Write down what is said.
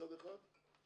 מצד אחד,